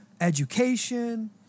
education